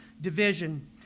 division